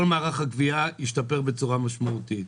כל מערך הגבייה השתפר בצורה משמעותית.